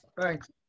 Thanks